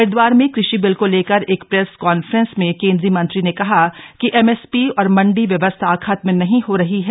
हरिदवार में कृषि बिल को लेकर एक प्रेस कॉन्फ्रेंस में केंद्रीय मंत्री ने कहा कि एमएसपी और मंडी व्यवस्था ख़त्म नहीं हो रही है